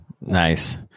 nice